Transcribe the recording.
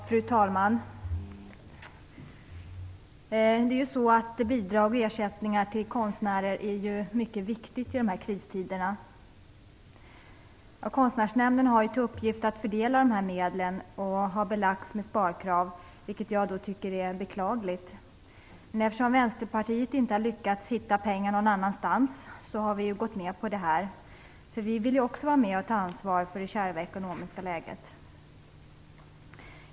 Fru talman! Bidrag och ersättningar till konstnärer är mycket viktiga i dessa kristider. Konstnärsnämnden har till uppgift att fördela dessa medel och har belagts med sparkrav, vilket jag tycker är beklagligt. Men eftersom Vänsterpartiet inte har lyckats hitta pengar någon annanstans har vi gått med på detta, för vi vill ju också vara med och ta ansvar i det kärva ekonomiska läget.